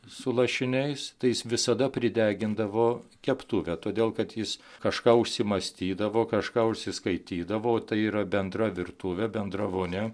su lašiniais tai jis visada pridegindavo keptuvę todėl kad jis kažką užsimąstydavo kažką užsiskaitydavo o tai yra bendra virtuvė bendra vonia